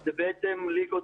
זה בעצם ליגות